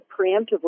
preemptively